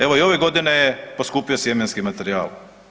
Evo i ove godine je poskupio sjemenski materijal.